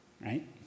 Right